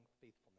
faithfulness